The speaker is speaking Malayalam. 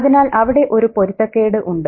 അതിനാൽ അവിടെ ഒരു പൊരുത്തക്കേട് ഉണ്ട്